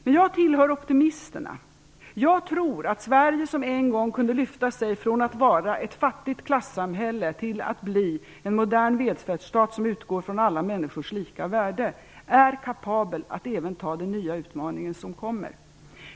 Jag hör till optimisterna. Jag tror att Sverige, som en gång kunde lyfta sig från att vara ett fattigt klasssamhälle till att bli en modern välfärdsstat som utgår från alla människors lika värde, är kapabelt att även anta den nya utmaning som kommer.